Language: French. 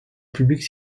publique